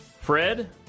Fred